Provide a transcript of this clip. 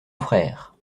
frère